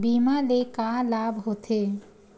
बीमा ले का लाभ होथे?